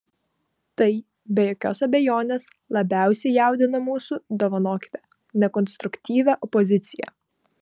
tai be jokios abejonės labiausiai jaudina mūsų dovanokite nekonstruktyvią opoziciją